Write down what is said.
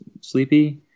sleepy